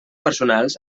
personals